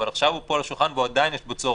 אבל עכשיו הוא פה על השולחן ועדיין יש בו צורך.